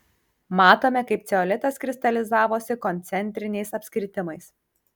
matome kaip ceolitas kristalizavosi koncentriniais apskritimais